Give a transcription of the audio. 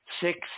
six